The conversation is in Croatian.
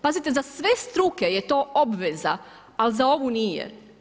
Pazite za sve struke je to obveza, a za ovu nije.